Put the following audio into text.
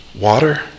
water